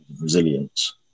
resilience